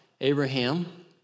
Abraham